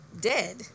dead